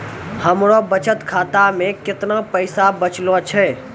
हमरो बचत खाता मे कैतना पैसा बचलो छै?